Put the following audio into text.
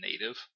native